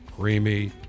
creamy